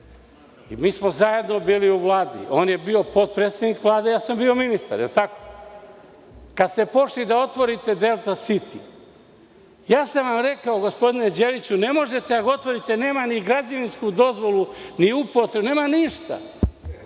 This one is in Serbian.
mi smo zajedno bili u Vladi. On je bio potpredsednik Vlade, ja sam bio ministar. Kada ste pošli da otvorite „Delta siti“, rekao sam vam – gospodine Đeliću, ne možete da ga otvorite, nema ni građevinsku dozvolu, ni upotrebnu, nema ništa.